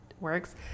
works